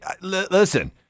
Listen